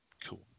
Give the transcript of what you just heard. Cool